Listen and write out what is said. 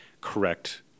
correct